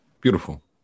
beautiful